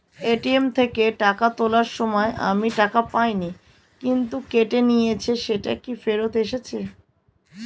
ATM থেকে টাকা তোলার সময় আমি টাকা পাইনি কিন্তু কেটে নিয়েছে সেটা কি ফেরত এসেছে?